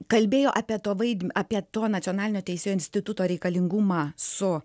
kalbėjo apie to vaidmenį apie to nacionalinio teisėjų instituto reikalingumą su